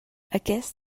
aquest